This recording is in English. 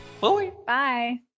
Bye